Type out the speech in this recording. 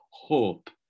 Hope